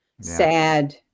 sad